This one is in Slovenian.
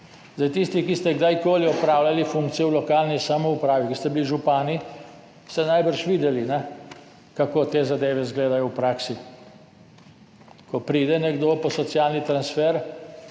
Zdaj tisti, ki ste kdajkoli opravljali funkcijo v lokalni samoupravi, ki ste bili župani, ste najbrž videli, kako te zadeve izgledajo v praksi, ko pride nekdo po socialni transfer